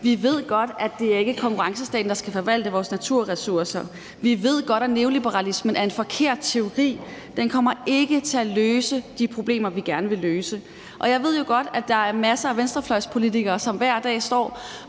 Vi ved godt, at det ikke er konkurrencestaten, der skal forvalte vores naturressourcer. Vi ved godt, at neoliberalismen er en forkert teori. Den kommer ikke til at løse de problemer, vi gerne vil løse. Jeg ved jo godt, at der er masser af venstrefløjspolitikere, som hver dag står